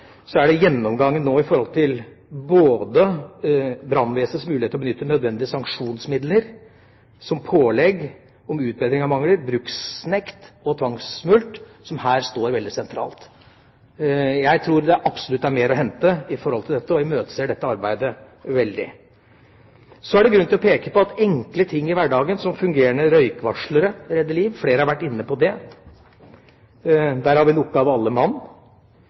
Så er det grunn til å peke på at enkle ting i hverdagen, som fungerende røykvarslere, redder liv. Flere har vært inne på det. Der har vi en oppgave alle mann.